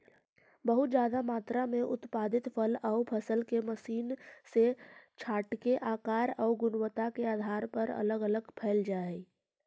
बहुत ज्यादा मात्रा में उत्पादित फल आउ फसल के मशीन से छाँटके आकार आउ गुणवत्ता के आधार पर अलग अलग कैल जा हई